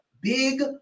big